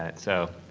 and so,